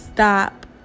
Stop